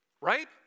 right